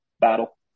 battle